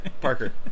Parker